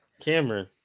Cameron